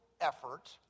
effort